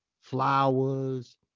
flowers